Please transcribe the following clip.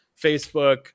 Facebook